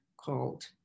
called